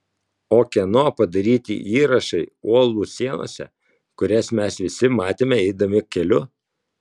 o kieno padaryti įrašai uolų sienose kurias mes visi matėme eidami keliu